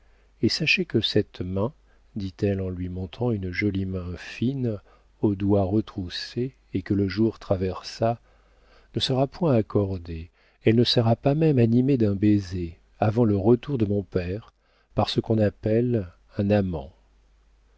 et sachez que cette main dit-elle en lui montrant une jolie main fine aux doigts retroussés et que le jour traversa ne sera point accordée elle ne sera pas même animée d'un baiser avant le retour de mon père par ce qu'on appelle un amant